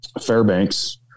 Fairbanks